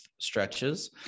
stretches